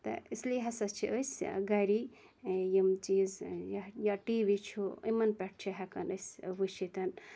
تہٕ اِسلیے ہَسا چھِ أسۍ گَری یِم چیٖز یا ٹی وی چھُ یِمَن پیٹھ چھِ ہیٚکان أسۍ وٕچھِتھ